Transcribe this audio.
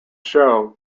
show